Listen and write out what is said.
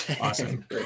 Awesome